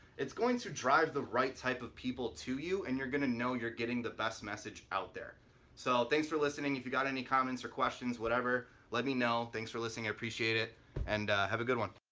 it's going to drive the right type of people to you and you're gonna know you're getting the best message out there so thanks for listening if you got any comments or questions, whatever let me know. thanks for listening i appreciate it and have a good one